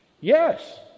yes